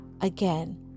Again